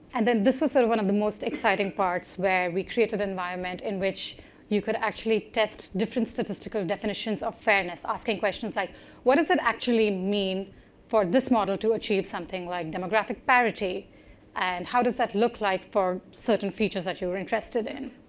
and then this was sort of one of the most exciting parts where we create an environments where you could actually test different statistical definitions of fairness, asking questions like what does it actually mean for this model to achieve something like demographic clarity and how does that look like for certain features that you're interested in?